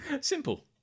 Simple